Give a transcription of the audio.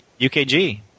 UKG